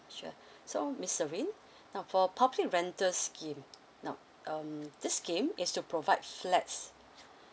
sure so miss serene now for public rental scheme now um this scheme is to provide flats